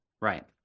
Right